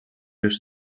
wiesz